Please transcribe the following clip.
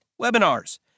webinars